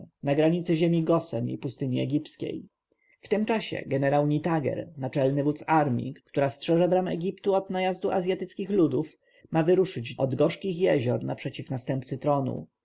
na granicy ziemi gosen i pustyni egipskiej w tym czasie jenerał nitager naczelny wódz armji która strzeże bram egiptu od najazdu azjatyckich ludów ma wyruszyć od gorzkich jezior przeciw następcy tronu